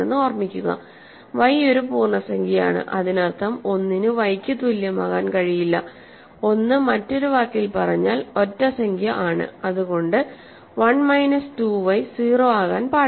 ഓർമ്മിക്കുക y ഒരു പൂർണ്ണസംഖ്യയാണ് അതിനർത്ഥം 1 ന് y ക്ക് തുല്യമാകാൻ കഴിയില്ല 1 മറ്റൊരു വാക്കിൽ പറഞ്ഞാൽ ഒറ്റസംഖ്യ ആണ് അതുകൊണ്ട് 1 മൈനസ് 2 y 0 ആകാൻ പാടില്ല